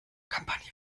kampagne